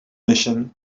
mission